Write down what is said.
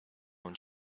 own